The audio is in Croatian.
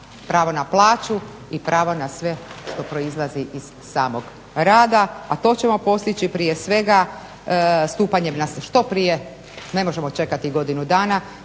pravo na plaću i pravo na sve što proizlazi iz samog rada, a to ćemo postići prije svega stupanjem što prije, ne možemo čekati godinu dana